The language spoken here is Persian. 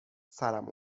سرم